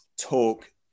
talk